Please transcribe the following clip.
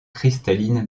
cristalline